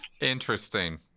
interesting